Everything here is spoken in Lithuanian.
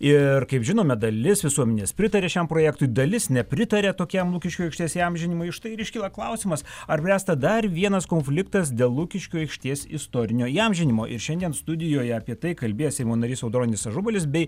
ir kaip žinome dalis visuomenės pritaria šiam projektui dalis nepritaria tokiam lukiškių aikštės įamžinimui štai ir iškyla klausimas ar bręsta dar vienas konfliktas dėl lukiškių aikštės istorinio įamžinimo ir šiandien studijoje apie tai kalbės seimo narys audronius ažubalis bei